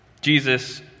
Jesus